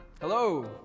Hello